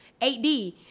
8d